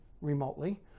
remotely